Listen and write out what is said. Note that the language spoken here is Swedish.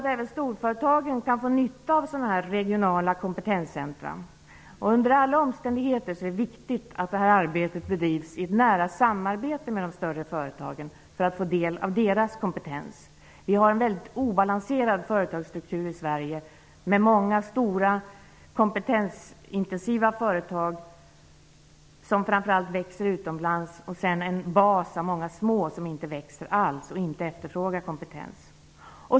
Även storföretagen kan få nytta av sådana här regionala kunskaps och kompetenscentra. Under alla omständigheter är det viktigt att arbetet bedrivs i ett nära samarbete med de större företagen för att få del av deras kompetens. Vi har en mycket obalanserad företagskultur i Sverige, med många stora kompetensintensiva företag, som framför allt växer utomlands, och med en bas av många små företag som inte växer alls, och som inte heller efterfrågar kompetens.